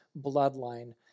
bloodline